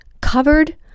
covered